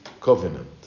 Covenant